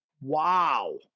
Wow